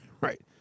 right